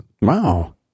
Wow